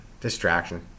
Distraction